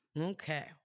Okay